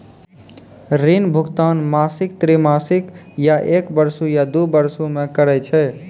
ऋण भुगतान मासिक, त्रैमासिक, या एक बरसो, दु बरसो मे करै छै